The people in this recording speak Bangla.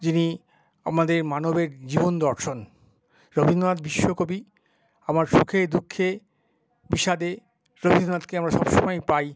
যিনি আমাদের মানবিক জীবন দর্শন রবীন্দ্রনাথ বিশ্বকবি আমার সুখে দুঃখে বিষাদে রবীন্দ্রনাথকে আমরা সবসময়ই পাই